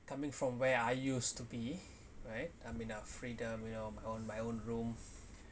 coming from where I used to be right I mean I freedom you know my own my own room